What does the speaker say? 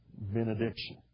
benediction